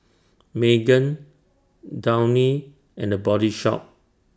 Megan Downy and The Body Shop